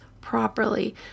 properly